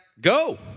go